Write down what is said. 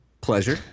Pleasure